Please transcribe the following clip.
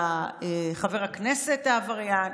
לחבר הכנסת העבריין,